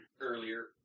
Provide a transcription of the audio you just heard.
earlier